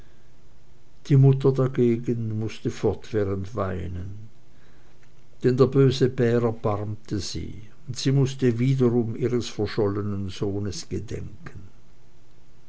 die mutter dagegen mußte fortwährend weinen denn der böse bär erbarmte sie und sie mußte wiederum ihres verschollenen sohnes gedenken